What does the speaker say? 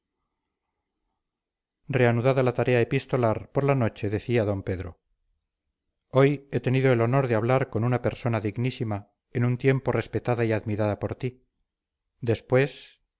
reanudada la tarea epistolar por la noche decía d pedro hoy he tenido el honor de hablar con una persona dignísima en un tiempo respetada y admirada por ti después